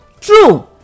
True